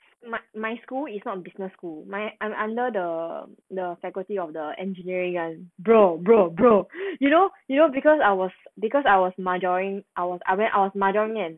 my my school is not business school my I'm under the the faculty of the engineering ah bro bro bro you know you know because I was because I was my drawing I was ah I mahjong 念